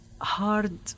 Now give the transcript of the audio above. hard